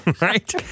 Right